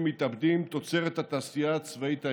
מתאבדים תוצרת התעשייה הצבאית האיראנית.